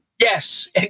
Yes